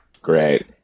Great